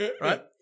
right